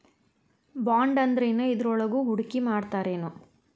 ಬಾಂಡಂದ್ರೇನ್? ಇದ್ರೊಳಗು ಹೂಡ್ಕಿಮಾಡ್ತಾರೇನು?